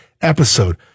episode